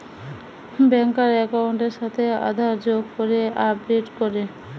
ব্যাংকার একাউন্টের সাথে আধার যোগ করে আপডেট করে